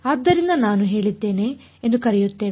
ಆದ್ದರಿಂದ ನಾನು ಹೇಳಿದ್ದೇನೆ ಎಂದು ಕರೆಯುತ್ತೇನೆ